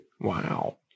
Wow